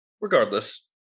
regardless